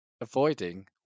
avoiding